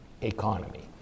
economy